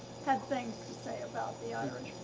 had things to say about the irish.